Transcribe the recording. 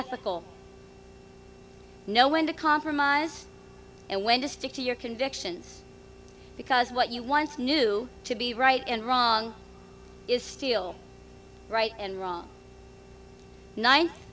ethical know when to compromise and when to stick to your convictions because what you once knew to be right and wrong is still right and wrong ni